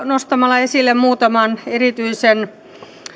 nostamalla esille muutaman erityisen